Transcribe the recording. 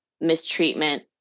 mistreatment